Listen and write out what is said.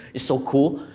it's so cool.